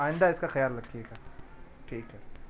آئندہ اس کا خیال رکھیے گا ٹھیک ہے